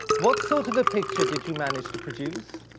what sort of a picture did you manage to produce?